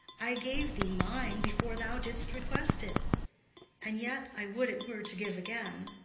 i gave thee mine before thou didst request it and yet i would it were to give again.